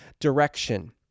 direction